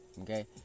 Okay